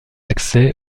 accès